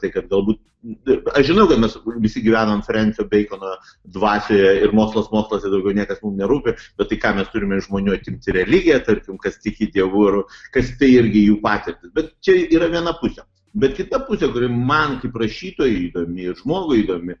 tai kad galbūt aš žinau kad čes visi gyvenam frensio beikono dvasioje ir mokslas mokslas ir daugiau niekas nerūpi bet tai ką mes turimeiš žmonių atimt religiją tarkim kas tiki dievu ir kas tai irgi jų patirtys bet čia yra viena pusė bet kita pusė kuri man kaip rašytojui įdomi ir žmogui įdomi